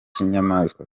kinyamaswa